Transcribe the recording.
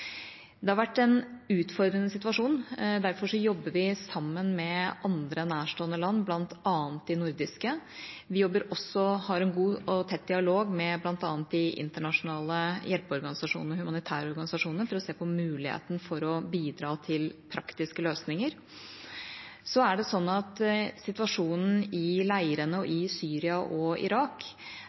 Det har vært en utfordrende situasjon, og derfor jobber vi sammen med andre nærstående land, bl.a. de nordiske. Vi har også en god og tett dialog med bl.a. de internasjonale hjelpeorganisasjonene og de humanitære organisasjonene for å se på muligheten for å bidra til praktiske løsninger. Situasjonen i leirene og i Syria og Irak